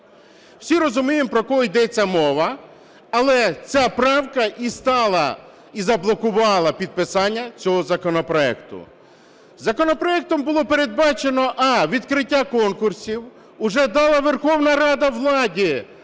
Всі розуміємо, про кого йдеться мова, але ця правка і стала, і заблокувала підписання цього законопроекту. Законопроектом було передбачено: а) відкриття конкурсів. Уже дала Верховна Рада владі